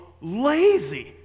lazy